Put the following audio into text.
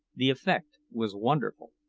the effect was wonderful.